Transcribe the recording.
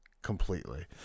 completely